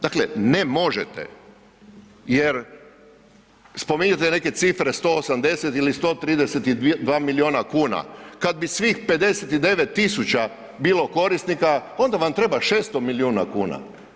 Dakle, ne možete jer spominjete neke cifre 180 ili 132 milijuna kuna, kad bih svih 59 000 bilo korisnika onda vam treba 600 milijuna kuna.